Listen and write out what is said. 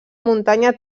muntanya